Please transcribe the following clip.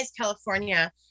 California